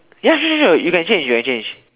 ya sure sure sure you can change you can change